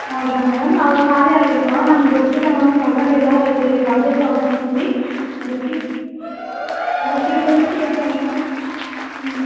ಹೌದಾ ಮೇಡಮ್ ಅವು ಖಾಲಿ ಆಗಿತ್ತಾ ನಮ್ಗೆ ಗೊತ್ತಿಲ್ಲ ಮ್ಯಾಮ್ ತಗೊಂಡಿಲ್ಲ ಬೇರೆ ಯಾವುದೆ ತಗೊತಿದ್ವಿ ಅದಿಕ್ಕೆ ಅದಿಕ್ಕೆ ತುಳಸಿ ಹ್ಞೂ